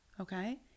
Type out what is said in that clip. okay